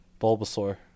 Bulbasaur